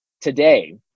today